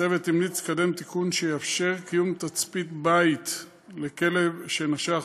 הצוות המליץ לקדם תיקון שיאפשר קיום תצפית בית לכלב שנשך